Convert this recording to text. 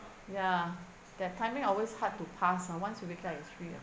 ya the timing always hard to pass ah once you get up at three